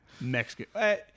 Mexican